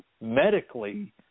medically